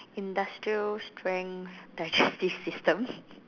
industrial strength digestive system